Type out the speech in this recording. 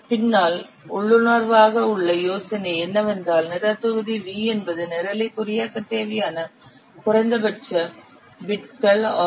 பின்னால் உள்ளுணர்வாக உள்ள யோசனை என்னவென்றால் நிரல் தொகுதி V என்பது நிரலை குறியாக்க தேவையான குறைந்தபட்ச பிட்கள் ஆகும்